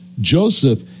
Joseph